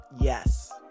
Yes